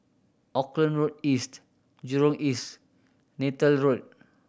Auckland Road East Jurong East Neythal Road